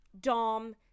Dom